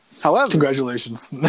Congratulations